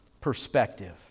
perspective